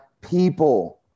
people